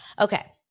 okay